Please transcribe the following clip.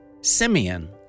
Simeon